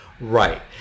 Right